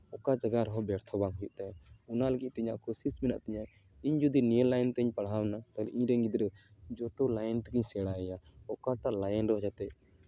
ᱚᱠᱟ ᱡᱟᱭᱜᱟ ᱨᱮᱦᱚᱸ ᱵᱮᱨᱛᱷᱚ ᱵᱟᱝ ᱦᱩᱭᱩᱜ ᱛᱟᱭᱟ ᱚᱱᱟ ᱞᱟᱹᱜᱤᱫ ᱛᱮ ᱤᱧᱟᱹᱜ ᱠᱳᱥᱤᱥ ᱢᱮᱱᱟᱜ ᱛᱤᱧᱟᱹ ᱤᱧ ᱡᱩᱫᱤ ᱱᱤᱭᱟᱹ ᱞᱟᱭᱤᱱ ᱛᱤᱧ ᱯᱟᱲᱦᱟᱣᱮᱱᱟ ᱛᱟᱦᱚᱞᱮ ᱤᱧᱨᱮᱱ ᱜᱤᱫᱽᱨᱟᱹ ᱡᱚᱛᱚ ᱞᱟᱭᱤᱱ ᱛᱮᱜᱤᱧ ᱥᱮᱬᱟ ᱟᱭᱟ ᱚᱠᱟᱴᱟᱜ ᱞᱟᱭᱤᱱ ᱨᱮᱦᱚᱸ ᱡᱟᱛᱮ